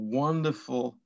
wonderful